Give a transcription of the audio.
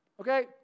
Okay